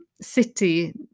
city